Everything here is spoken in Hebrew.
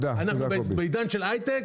אנחנו בעידן של הייטק,